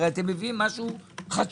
הרי אתם מביאים משהו חדשני,